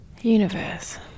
universe